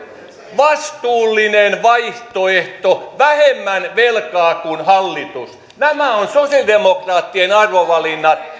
vastuullinen vaihtoehto vähemmän velkaa kuin hallitus nämä ovat sosialidemokraattien arvovalinnat